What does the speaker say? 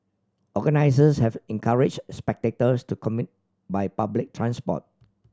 organisers have encouraged spectators to commute by public transport